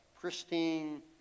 pristine